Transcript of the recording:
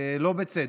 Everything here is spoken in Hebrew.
לא בצדק,